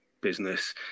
business